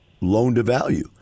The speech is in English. loan-to-value